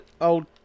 old